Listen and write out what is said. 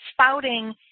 spouting